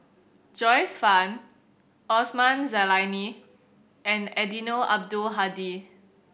Joyce Fan Osman Zailani and Eddino Abdul Hadi